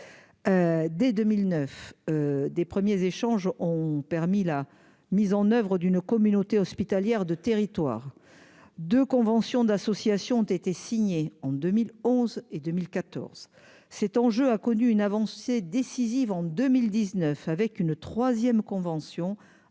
dès 2009 des premiers échanges ont permis la mise en oeuvre d'une communauté hospitalière de territoire de convention d'associations ont été signés en 2011 et 2014 cet enjeu a connu une avancée décisive en 2019 avec une 3ème convention